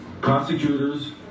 Prosecutors